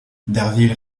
derville